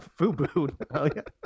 FUBU